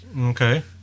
Okay